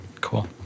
Cool